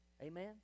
Amen